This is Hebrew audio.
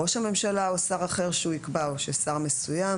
ראש הממשלה או שר אחר שהוא יקבע או ששר מסוים.